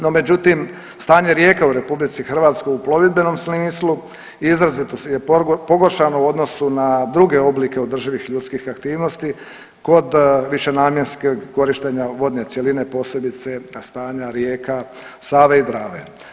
No, međutim, stanje rijeka u RH u plovidbenom smislu je izrazito pogoršana u odnosu na druge oblike održivih ljudskih aktivnosti kod višenamjenskog korištenja vodne cjeline, posebice stanja rijeka Save i Drave.